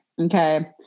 okay